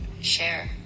share